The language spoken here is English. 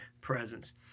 presence